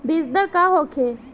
बीजदर का होखे?